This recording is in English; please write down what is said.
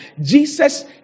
jesus